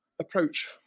approach